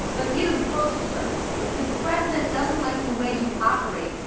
but you, the postal service, cause the president doesn't like the way you operate,